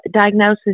diagnosis